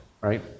right